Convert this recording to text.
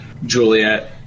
Juliet